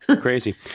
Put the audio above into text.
crazy